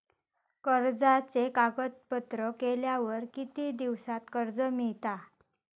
कर्जाचे कागदपत्र केल्यावर किती दिवसात कर्ज मिळता?